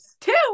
Two